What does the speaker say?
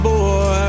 Boy